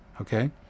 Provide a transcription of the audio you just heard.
Okay